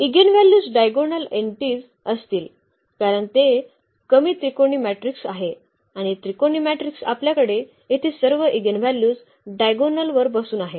eigenvalues diagonal entries असतील कारण ते कमी त्रिकोणी मॅट्रिक्स आहे आणि त्रिकोणी मॅट्रिकस आपल्याकडे येथे सर्व ईगेनव्हल्यूज डायगोनल वर बसून आहेत